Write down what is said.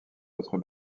autres